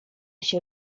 się